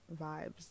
vibes